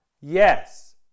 Yes